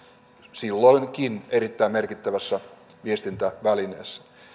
silloinkin erittäin merkittävässä viestintävälineessä